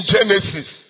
Genesis